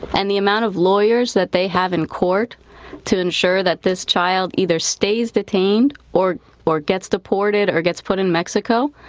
and the amount of lawyers that they have in court to ensure that this child either stays detained or or gets deported or gets put in mexico,